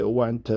went